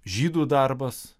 žydų darbas